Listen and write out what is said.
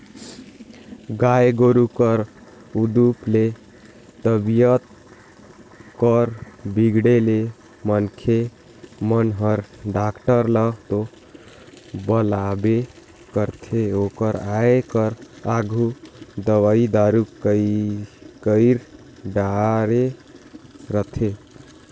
गाय गोरु कर उदुप ले तबीयत कर बिगड़े ले मनखे मन हर डॉक्टर ल तो बलाबे करथे ओकर आये कर आघु दवई दारू कईर डारे रथें